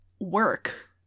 work